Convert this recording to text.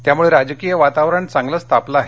त्यामुळे राजकीय वातावरण चांगलंच तापलं आहे